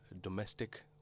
domestic